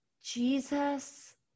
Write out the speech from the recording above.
Jesus